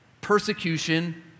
persecution